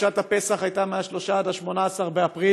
חופשת הפסח הייתה מ-3 עד 18 באפריל,